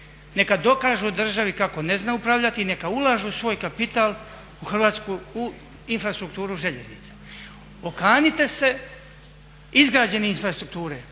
neka dokažu državi kako ne znaju upravljati i neka ulažu svoj kapital u infrastrukturu željeznice. Okanite se izgrađene infrastrukture,